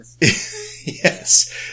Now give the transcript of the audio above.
Yes